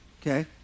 Okay